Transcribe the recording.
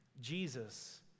Jesus